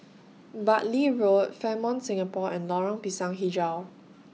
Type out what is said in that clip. Bartley Road Fairmont Singapore and Lorong Pisang Hijau